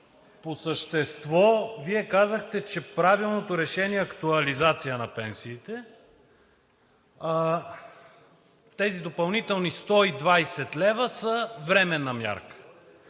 по същество Вие казахте, че правилното решение е актуализацията на пенсиите. Тези допълнителни 120 лв. са временна мярка.